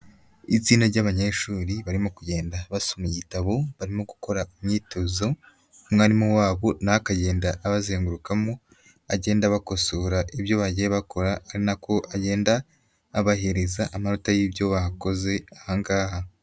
Itsinda ry'abanyeshuri barimo kugenda basoma igitabo, barimo gukora imyitozo, umwarimu wabo nawe akagenda abazengurukamo, agenda abakosora ibyo bagiye bakora, ari nako agenda abahereza amanota y'ibyo bakoze aha ngaha.